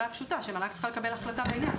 פשוטה שמל"ג צריכה לקבל החלטה בעניין.